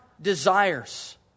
desires